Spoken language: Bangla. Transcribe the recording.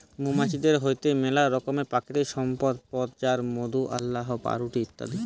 মৌমাছিদের হইতে মেলা রকমের প্রাকৃতিক সম্পদ পথ যায় মধু, চাল্লাহ, পাউরুটি ইত্যাদি